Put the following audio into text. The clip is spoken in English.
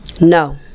no